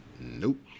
nope